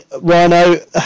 Rhino